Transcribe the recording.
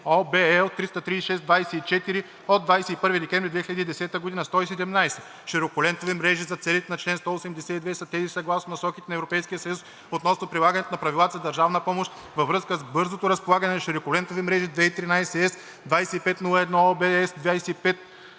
(OB, L 336/24 от 21 декември 2010 г.). 117. „Широколентови мрежи“ за целите на чл. 182 са тези съгласно Насоките на ЕС относно прилагането на правилата за държавна помощ във връзка с бързото разполагане на широколентови мрежи (2013/С 25/01) (OB,